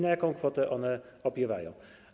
Na jaką kwotę one opiewają?